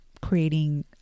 creating